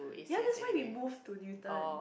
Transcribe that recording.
ya that's why we moved to Newton